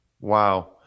Wow